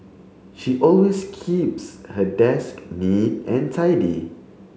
she always keeps her desk neat and tidy